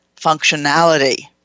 functionality